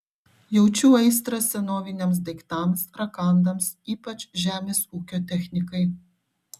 jaučiu aistrą senoviniams daiktams rakandams ypač žemės ūkio technikai